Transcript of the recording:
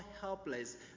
helpless